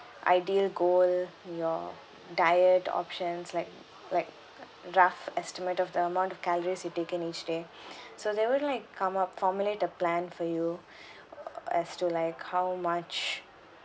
ideal goal your diet options like like rough estimate of the amount of calories you take in each day so they will like come up formulate a plan for you err as to like how much